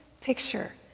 picture